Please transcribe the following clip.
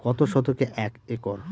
কত শতকে এক একর?